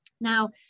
Now